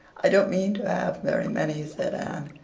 i don't mean to have very many, said anne.